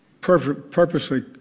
purposely